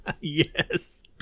Yes